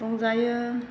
रंजायो